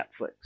Netflix